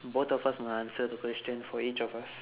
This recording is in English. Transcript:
both of us must answer the question for each of us